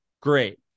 great